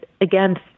again